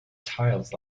tiles